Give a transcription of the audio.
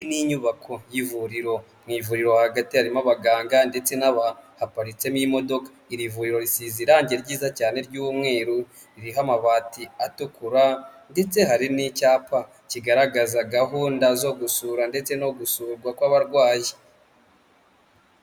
Iyi ni inyubako y'ivuriro, mu ivuriro hagati harimo abaganga ndetse n'abantu, haparitsemo n'imodoka, iri vuriro risize irangi ryiza cyane ry'umweru, ririho amabati atukura ndetse hariho n'icyapa kigaragaza gahunda zo gusura ndetse no gusurwa kw'abarwayi.